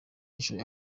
inshuro